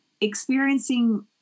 experiencing